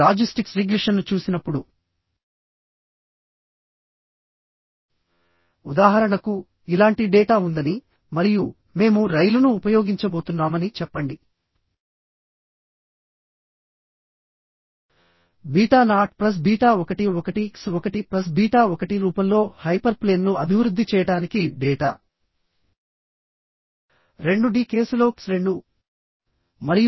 bolt connections నుండి మొదలుపెట్టి weld connections మరియు ఎస్ఎన్ ట్రిక్ కనెక్షన్స్ వరకు నేర్చుకున్నాము